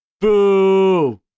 Boo